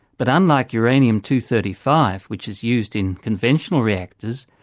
but unlike uranium two thirty five, which is used in conventional reactors,